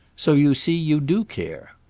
so you see you do care.